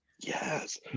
Yes